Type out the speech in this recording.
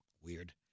Weird